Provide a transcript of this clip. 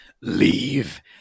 Leave